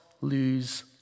lose